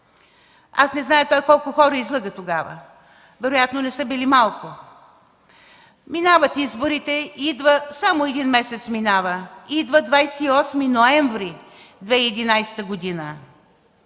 Аз не зная той колко хора излъга тогава, вероятно не са били малко?! Минават изборите, минава само един месец и идва 28 ноември 2011 г.